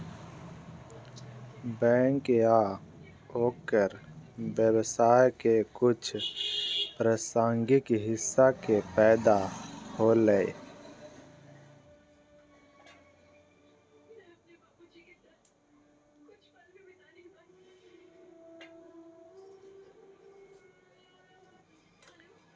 bank या ओकर व्यवसाय के कुछ प्रासंगिक हिस्सा के फैदा होलय